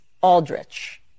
Aldrich